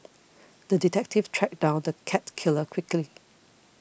the detective tracked down the cat killer quickly